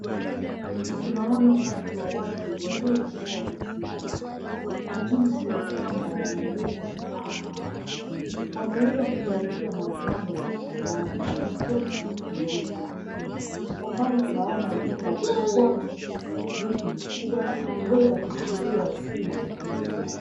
Tunaona umati wa watu waliokua wamesimama. Ni jinsi ya kwamba wanaeleza kitu. Wameweza kuvalia magwanda ya kufanana, kote ni nyeupe. Kwa mbali tunaona jumba kubwa, miti mikubwa. Ameweza kushikilia simu mkononi mwake